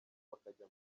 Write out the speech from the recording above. bakajya